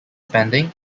spending